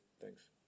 Thanks